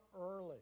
early